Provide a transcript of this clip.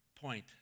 point